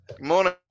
morning